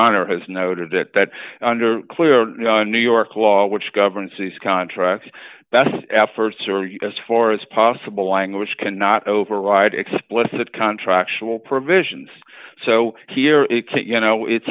honor has noted that that under clear our new york law which governs these contracts best efforts are you as far as possible language cannot override explicit contract tional provisions so here you know it